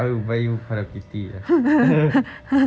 I would buy you Hello Kitty